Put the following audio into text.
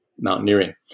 mountaineering